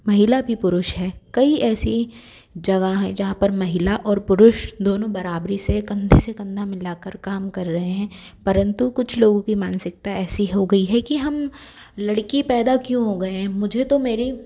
महिला भी पुरुष है कई ऐसी जगह है जहाँ पर महिला और पुरुष दोनों बराबरी से कंधे से कंधा मिला कर काम कर रहे हैं परंतु कुछ लोगों की मानसिकता ऐसी हो गई है कि हम लड़की पैदा क्यों हो गए हैं मुझे तो मेरी